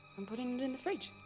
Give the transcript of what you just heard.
i'm putting it in the fridge.